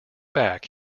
back